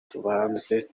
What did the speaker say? tubanze